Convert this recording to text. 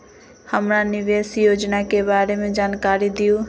हमरा निवेस योजना के बारे में जानकारी दीउ?